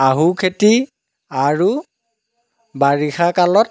আহু খেতি আৰু বাৰিষাকালত